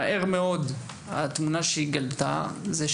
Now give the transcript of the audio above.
מהר מאוד התגלתה בפנינו תמונה,